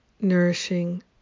nourishing